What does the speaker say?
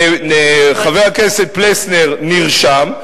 וחבר הכנסת פלסנר נרשם,